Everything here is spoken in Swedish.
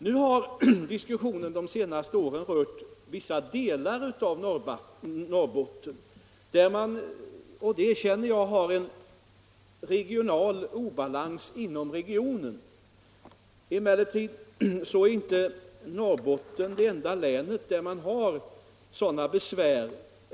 Nu har diskussionen de senaste åren rört vissa delar av Norrbotten, där man — och det erkänner jag — har en obalans inom regionen. Emellertid är Norrbotten inte det enda län som har sådana besvär.